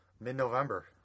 mid-November